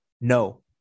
no